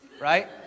right